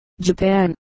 Japan